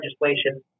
legislation